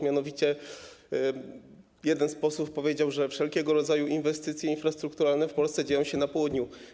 Mianowicie jeden z posłów powiedział, że wszelkiego rodzaju inwestycje infrastrukturalne w Polsce są realizowane na południu.